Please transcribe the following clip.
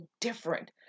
different